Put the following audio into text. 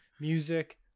music